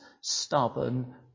stubborn